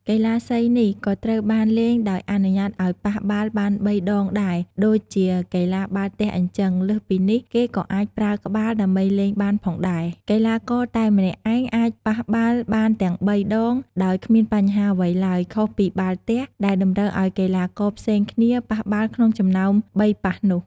កីឡាសីនេះក៏ត្រូវបានលេងដោយអនុញ្ញាតឱ្យប៉ះបាល់បាន៣ ដងដែរ ដូចជាកីឡាបាល់ទះអ៊ីចឹង លើសពីនេះ គេក៏អាចប្រើក្បាលដើម្បីលេងបានផងដែរ។ កីឡាករតែម្នាក់ឯងអាចប៉ះបាល់បានទាំង៣ ដងដោយគ្មានបញ្ហាអ្វីឡើយ ខុសពីបាល់ទះដែលតម្រូវឱ្យកីឡាករផ្សេងគ្នាប៉ះបាល់ក្នុងចំណោម៣ប៉ះនោះ។